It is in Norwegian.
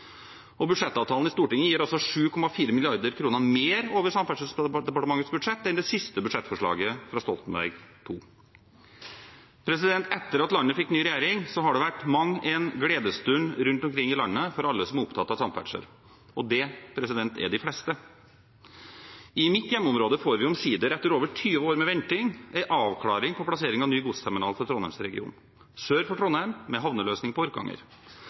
Budsjettavtalen i Stortinget gir altså 7,4 mrd. kr mer over Samferdselsdepartementets budsjett enn det siste budsjettforslaget fra Stoltenberg II. Etter at landet fikk ny regjering, har det har vært mang en gledesstund rundt omkring i landet for alle som er opptatt av samferdsel, og det er de fleste. I mitt hjemmeområde får vi omsider – etter over 20 år med venting – en avklaring av plassering av ny godsterminal for Trondheimsregionen, sør for Trondheim, med havneløsning på Orkanger.